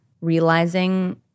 realizing